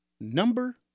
number